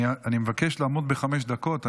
אני מבקש לעמוד בחמש דקות.